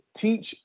teach